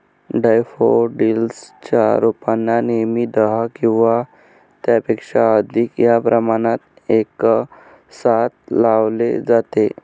daffodils च्या रोपांना नेहमी दहा किंवा त्यापेक्षा अधिक या प्रमाणात एकसाथ लावले जाते